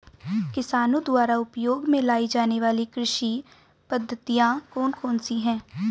किसानों द्वारा उपयोग में लाई जाने वाली कृषि पद्धतियाँ कौन कौन सी हैं?